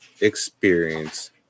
experience